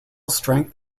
strength